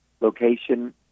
location